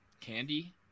candy